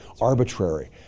arbitrary